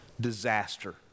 Disaster